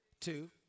Two